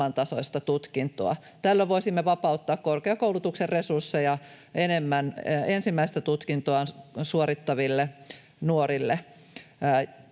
samantasoista tutkintoa. Tällöin voisimme vapauttaa korkeakoulutuksen resursseja enemmän ensimmäistä tutkintoaan suorittaville nuorille.